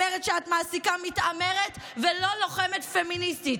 אומרת שאת מעסיקה מתעמרת ולא לוחמת פמיניסטית.